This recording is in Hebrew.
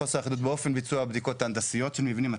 יש גם חוסר אחידות באופן ביצוע הבדיקות ההנדסיות של המבנים,